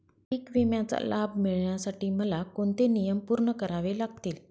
पीक विम्याचा लाभ मिळण्यासाठी मला कोणते नियम पूर्ण करावे लागतील?